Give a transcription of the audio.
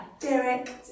Derek